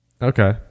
Okay